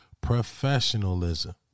professionalism